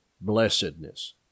blessedness